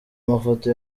mafoto